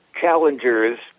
challengers